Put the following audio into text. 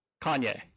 Kanye